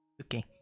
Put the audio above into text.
Okay